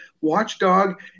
watchdog